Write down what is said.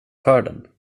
skörden